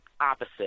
opposite